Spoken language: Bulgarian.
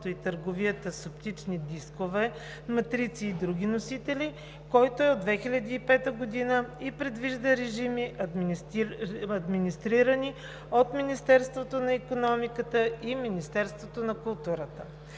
и търговията с оптични дискове, матрици и други носители, който е от 2005 г. и предвижда режими, администрирани от Министерството на икономиката и Министерството на културата.